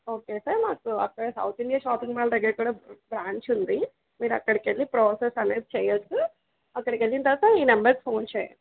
okay sir మాకు అక్కడ south India shopping mall దగ్గర కూడా బ్రాంచ్ ఉంది మీరు అక్కడికెళ్ళి ప్రాసెస్ అనేది చెయ్యాలి సార్ అక్కడికెళ్ళిన తర్వాత ఈ నెంబర్కి ఫోన్ చేయండి